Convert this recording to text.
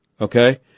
okay